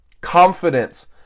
confidence